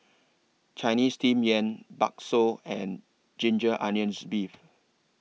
Chinese Steamed Yam Bakso and Ginger Onions Beef